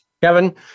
Kevin